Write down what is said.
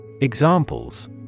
Examples